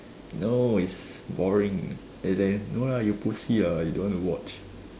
no it's boring then he say no lah you pussy lah you don't want to watch